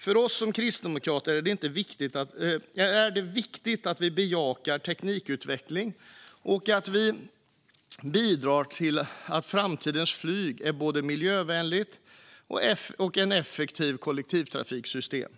För oss som kristdemokrater är det viktigt att bejaka teknikutveckling och att bidra till att framtidens flyg är både miljövänligt och ett effektivt kollektivtrafiksystem.